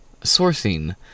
sourcing